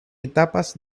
etapas